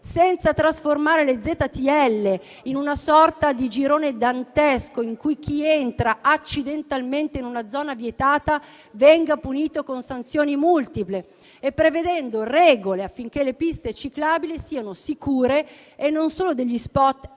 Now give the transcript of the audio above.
senza trasformare le ZTL in una sorta di girone dantesco per cui chi entra accidentalmente in una zona vietata viene punito con sanzioni multiple, e prevedendo regole affinché le piste ciclabili siano sicure e non solo degli *spot* elettorali